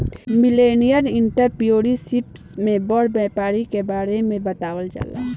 millennial entrepreneurship में बड़ व्यापारी के बारे में बतावल जाला